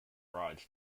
rides